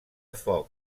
foc